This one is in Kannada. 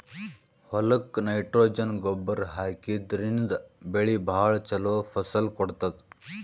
ಹೊಲಕ್ಕ್ ನೈಟ್ರೊಜನ್ ಗೊಬ್ಬರ್ ಹಾಕಿದ್ರಿನ್ದ ಬೆಳಿ ಭಾಳ್ ಛಲೋ ಫಸಲ್ ಕೊಡ್ತದ್